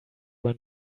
were